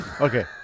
Okay